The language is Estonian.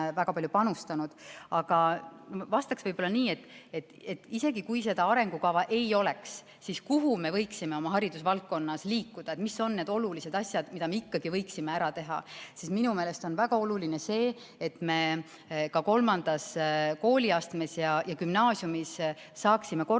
vastan nii. Isegi kui seda arengukava ei oleks, siis kuhu me võiksime haridusvaldkonnas liikuda ja mis on need olulised asjad, mida me ikkagi võiksime ära teha? Minu meelest on väga oluline see, et me ka kolmandas kooliastmes ja gümnaasiumis saaksime korraliku